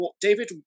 David